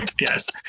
Yes